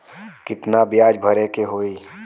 कितना ब्याज भरे के होई?